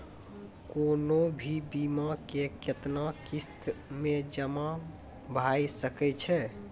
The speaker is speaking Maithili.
कोनो भी बीमा के कितना किस्त मे जमा भाय सके छै?